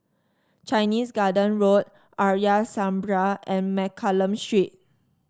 Chinese Garden Road Arya Samaj and Mccallum Street